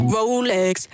Rolex